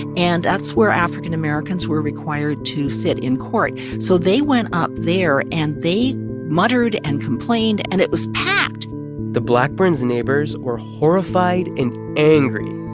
and that's where african americans were required to sit in court. so they went up there, and they muttered and complained, and it was packed the blackburns' neighbors were horrified and angry.